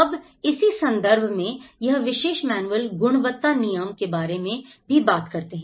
अब इसी संदर्भ में यह विशेष मैनुअल गुणवत्ता नियंत्रण के बारे में भी बात करते हैं